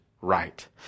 right